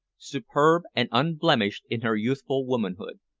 superb and unblemished in her youthful womanhood.